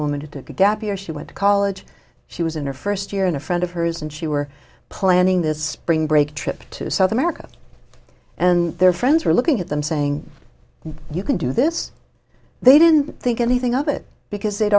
woman who took a gap year she went to college she was in her first year and a friend of hers and she were planning this spring break trip to south america and their friends were looking at them saying you can do this they didn't think anything of it because they'd